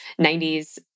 90s